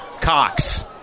Cox